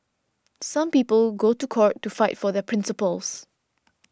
some people go to court to fight for their principles